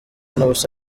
n’ubusa